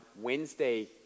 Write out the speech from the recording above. Wednesday